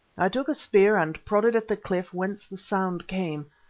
i took a spear and prodded at the cliff whence the sound came.